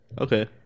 Okay